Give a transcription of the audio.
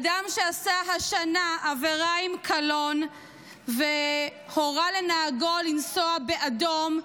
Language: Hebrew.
אדם שעשה השנה עבירה עם קלון והורה לנהגו לנסוע באדום,